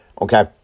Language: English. okay